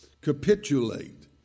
capitulate